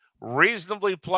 reasonably